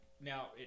Now